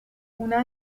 una